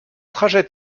trajet